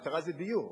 המטרה זה דיור.